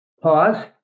pause